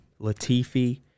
Latifi